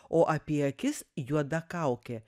o apie akis juoda kaukė